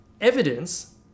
evidence